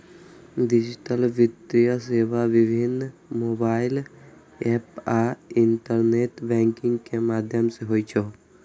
digital वित्तीय सेवा विभिन्न मोबाइल एप आ इंटरनेट बैंकिंग के माध्यम सं होइ छै